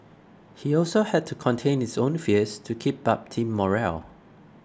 he also had to contain his own fears to keep up team morale